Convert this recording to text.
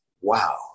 wow